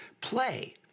play